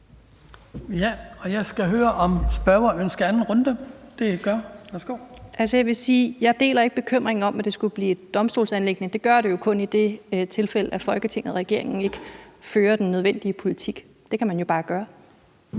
jeg ikke deler bekymringen over, at det skulle blive et domstolsanliggende. Det gør det jo kun i det tilfælde, at Folketinget og regeringen ikke fører den nødvendige politik. Det kan man jo bare gøre.